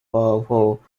walpole